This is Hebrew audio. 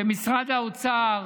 שמשרד האוצר